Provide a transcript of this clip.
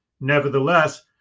Nevertheless